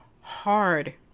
hard